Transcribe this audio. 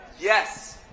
yes